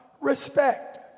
respect